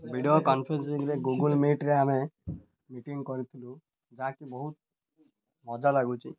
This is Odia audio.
ଭିଡ଼ିଓ କନଫରେନ୍ସିଙ୍ଗରେ ଗୁଗୁଲ୍ ମିଟ୍ରେ ଆମେ ମିଟିଙ୍ଗ କରିଥିଲୁ ଯାହାକି ବହୁତ ମଜା ଲାଗୁଛି